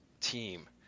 team